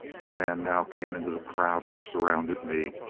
a man now came into the crowd which surrounded me,